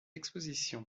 exposition